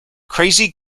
crazy